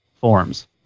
forms